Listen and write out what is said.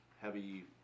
heavy